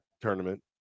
tournament